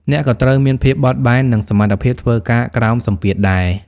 អ្នកក៏ត្រូវមានភាពបត់បែន និងសមត្ថភាពធ្វើការក្រោមសម្ពាធដែរ។